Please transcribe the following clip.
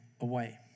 away